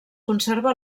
conserva